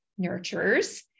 nurturers